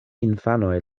infanoj